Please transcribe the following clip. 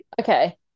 Okay